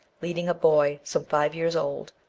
leading a boy, some five years old,